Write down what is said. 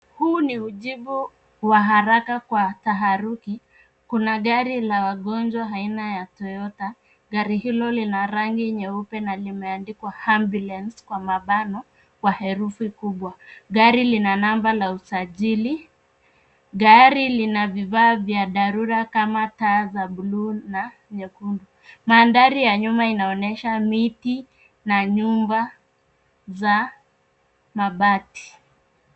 Huu ni ujibu, wa haraka kwa taharuki, kuna gari la wagonjwa aina ya Toyota , gari hilo lina rangi nyeupe na limeandikwa ambulance kwa mabano, kwa herufi kubwa, gari lina namba la usajili, gari lina vifaa vya dharura kama taa za bluu na nyekundu, mandhari ya nyuma inaonyesha miti, na nyumba, za, mabati.